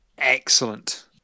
Excellent